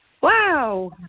Wow